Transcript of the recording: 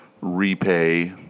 repay